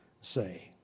say